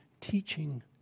teaching